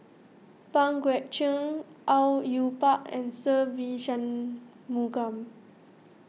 Pang Guek Cheng Au Yue Pak and Se Ve Shanmugam